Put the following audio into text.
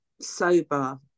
sober